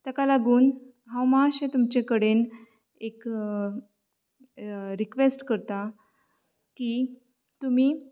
ताका लागून हांव मातशें तुमचे कडेन एक रिक्वेस्ट करतां की तूमी